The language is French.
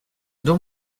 don